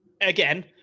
Again